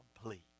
complete